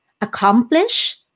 accomplish